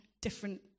different